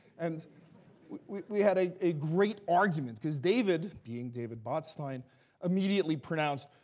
and we had a a great argument, because david being david botstein immediately pronounced,